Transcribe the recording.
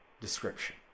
description